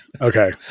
okay